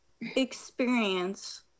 experience